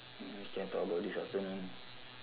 mm we can talk abiut this afternoon